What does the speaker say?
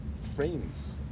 frames